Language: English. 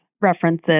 references